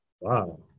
Wow